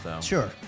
Sure